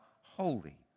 holy